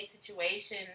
situation